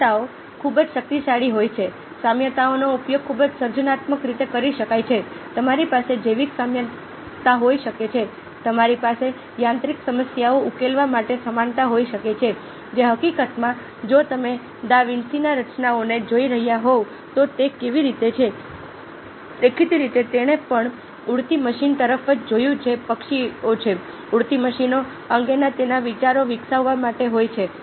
સામ્યતાઓ ખૂબ જ શક્તિશાળી હોય છે સામ્યતાઓનો ઉપયોગ ખૂબ જ સર્જનાત્મક રીતે કરી શકાય છે તમારી પાસે જૈવિક સામ્યતા હોઈ શકે છે તમારી પાસે યાંત્રિક સમસ્યાઓ ઉકેલવા માટે સમાનતા હોઈ શકે છે જે હકીકતમાં જો તમે દા વિન્સીની રચનાઓને જોઈ રહ્યા હોવ તો તે કેવી રીતે છે દેખીતી રીતે તેણે પણ ઉડતી મશીન તરફ જોયું જે પક્ષીઓ છે ઉડતી મશીનો અંગેના તેના વિચારો વિકસાવવા માટે હોય છે